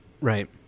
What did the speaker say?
Right